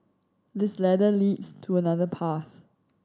this ladder leads to another path